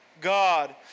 God